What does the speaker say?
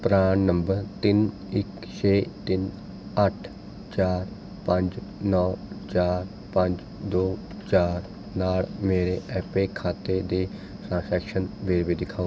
ਪਰਾਨ number ਤਿੰਨ ਇੱਕ ਛੇ ਤਿੰਨ ਅੱਠ ਚਾਰ ਪੰਜ ਨੌਂ ਚਾਰ ਪੰਜ ਦੋ ਚਾਰ ਨਾਲ ਮੇਰੇ ਐਪੇ ਖਾਤੇ ਦੇ ਟ੍ਰਾਂਜ਼ੈਕਸ਼ਨ ਵੇਰਵੇ ਦਿਖਾਓ